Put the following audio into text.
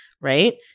right